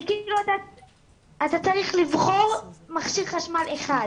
זה כאילו אתה צריך לבחור מכשיר חשמל אחד,